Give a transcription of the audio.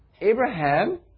Abraham